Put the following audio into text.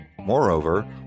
moreover